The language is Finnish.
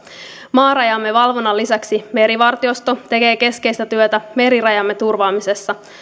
maarajamme valvonnan lisäksi merivartiosto tekee keskeistä työtä merirajamme turvaamisessa